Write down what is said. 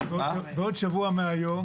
בעוד שבוע מהיום,